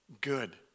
good